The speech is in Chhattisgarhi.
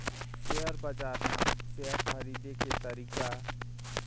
सेयर बजार म शेयर खरीदे के तरीका?